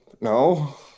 No